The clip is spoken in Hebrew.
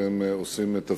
אתם עושים את תפקידכם.